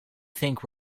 think